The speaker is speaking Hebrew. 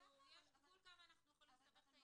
עד כמה שאנחנו יכולים לסבך את העניין.